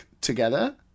together